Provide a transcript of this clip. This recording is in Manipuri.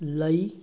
ꯂꯩ